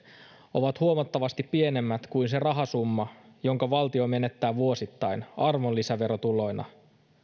ovat huomattavasti pienemmät kuin se rahasumma jonka valtio menettää vuosittain arvonlisäverotuloina